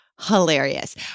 hilarious